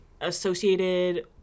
associated